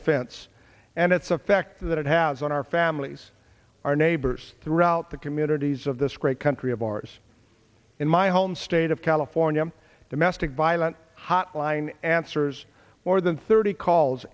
offense and its effect that it has on our families our neighbors throughout the communities of this great country of ours in my home state of california domestic violence hotline answers more than thirty calls